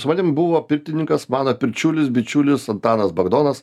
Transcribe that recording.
su manim buvo pirtininkas mano pirčiulis bičiulis antanas bagdonas